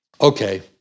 okay